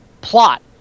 plot